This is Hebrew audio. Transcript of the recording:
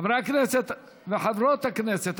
חברי הכנסת וחברות הכנסת,